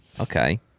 okay